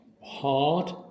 hard